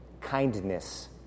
kindness